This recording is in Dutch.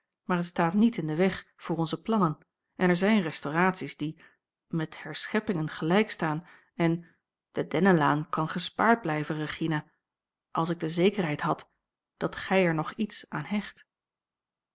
maar het staat niet in den weg voor onze plannen en er zijn restauraties die met herscheppingen gelijk staan en de dennenlaan kan gespaard blijven regina als ik de zekerheid had dat gij er nog iets aan hecht